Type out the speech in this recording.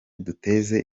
duteze